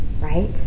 right